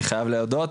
אני חייב להודות,